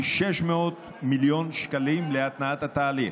היא 600 מיליון שקלים להתנעת התהליך,